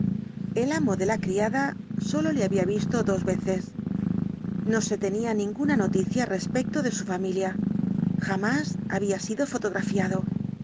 el amo de la criada sólo le había visto dos veces no se tenía ninguna noticia respecto de su familia jamás había sido fotografiado